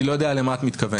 אני לא יודע למה את מתכוונת.